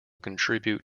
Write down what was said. contribute